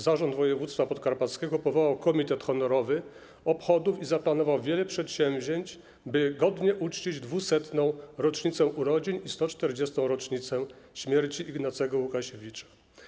Zarząd województwa podkarpackiego powołał komitet honorowy obchodów i zaplanował wiele przedsięwzięć, by godnie uczcić 200. rocznicę urodzin i 140. rocznicę śmierci Ignacego Łukasiewicza.